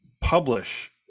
publish